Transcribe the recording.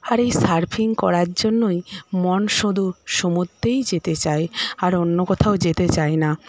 আর এই সার্ফিং করার জন্যই মন শুধু সমুদ্রেই যেতে চায় আর অন্য কোথাও যেতে চায় না